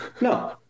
No